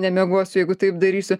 nemiegosiu jeigu taip darysiu